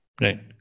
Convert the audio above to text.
Right